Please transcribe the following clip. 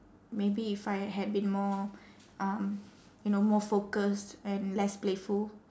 maybe if I had been more um you know more focused and less playful